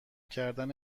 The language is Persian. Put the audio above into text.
کردن